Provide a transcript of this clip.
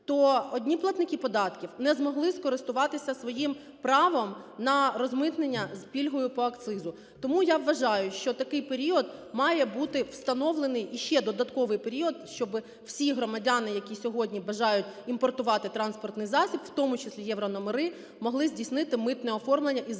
то одні платники податків не змогли скористуватися своїм правом на розмитнення з пільгою по акцизу. Тому я вважаю, що такий період має бути встановлений, ще додатковий період, щоби всі громадяни, які сьогодні бажають імпортувати транспортний засіб, в тому числі єврономери, могли здійснити митне оформлення із знижкою